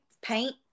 paint